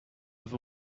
have